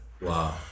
wow